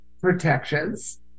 protections